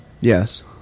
Yes